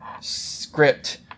script